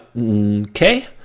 Okay